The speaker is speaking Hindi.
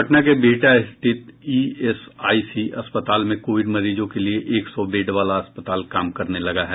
पटना के बिहटा रिथत ईएसआईसी अस्पताल में कोविड मरीजों के लिए एक सौ बेड वाला अस्पताल काम करने लगा है